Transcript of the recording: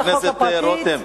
חבר הכנסת רותם,